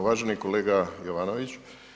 Uvaženi kolega Jovanović.